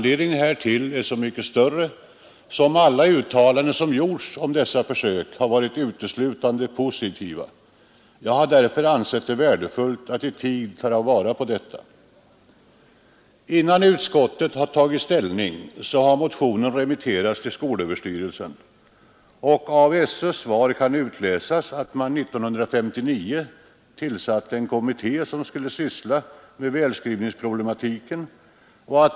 Det finns desto större anledning att göra det då alla uttalanden som gjorts om dessa försök har varit uteslutande positiva. Jag har därför ansett det värdefullt att i tid ta vara på dessa erfarenheter. Innan utskottet tagit ställning har motionen remitterats till skolöverstyrelsen. Av SÖ:s svar kan utläsas att man 1959 tillsatte en kommitté som skulle syssla med välskrivningsproblematiken.